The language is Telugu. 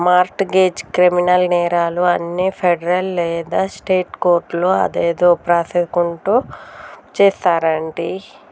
మార్ట్ గెజ్, క్రిమినల్ నేరాలు అన్ని ఫెడరల్ లేదా స్టేట్ కోర్టులో అదేదో ప్రాసుకుట్ చేస్తారంటి